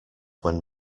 when